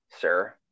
sir